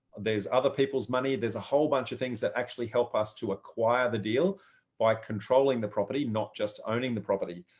there's other people's money, there's a whole bunch of things that actually help us to acquire the deal by controlling the property, not just owning the property.